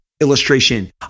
illustration